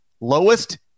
lowest